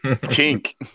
kink